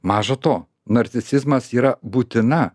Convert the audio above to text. maža to narcisizmas yra būtina